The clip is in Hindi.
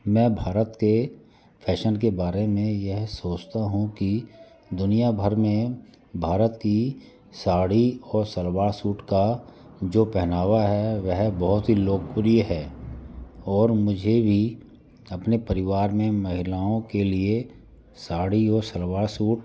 मैं भारत के फ़ैसन के बारे में यह सोचता हूँ कि दुनिया भर में भारत की साड़ी और सलवार सूट का जो पहनावा है वह बहुत ही लोकप्रिय है और मुझे भी अपने परिवार में महिलाओं के लिए साड़ी और सलवार सूट